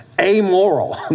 Amoral